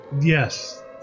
Yes